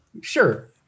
Sure